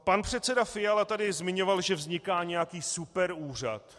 Pan předseda Fiala tady zmiňoval, že vzniká nějaký superúřad.